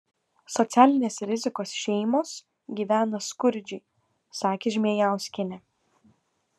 socialinės rizikos šeimos gyvena skurdžiai sakė žmėjauskienė